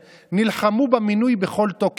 תביא איזה דבר תורה של אחדות.